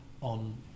on